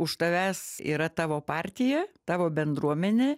už tavęs yra tavo partija tavo bendruomenė